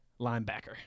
linebacker